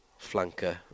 flanker